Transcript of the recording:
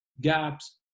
gaps